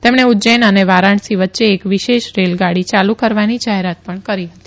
તેમણે ઉજ્જેન અને વારાણસી વચ્ચે એક વિશેષ રેલાગાડી યાલુ કરવાની જાહેરાત પણ કરી હતી